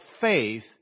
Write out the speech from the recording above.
faith